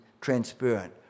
transparent